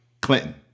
Clinton